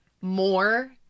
more-